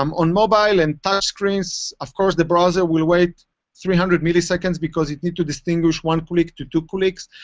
um on mobile and touch screens, of course the browser will wait three hundred milliseconds, because it needs to distinguish one click to two clicks.